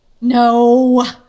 No